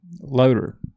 loader